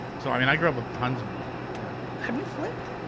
so i mean i grew up with tons of music. like have you flipped?